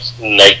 night